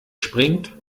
springt